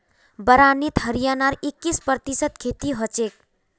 बारानीत हरियाणार इक्कीस प्रतिशत खेती हछेक